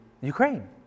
Ukraine